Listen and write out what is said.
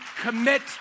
commit